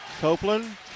Copeland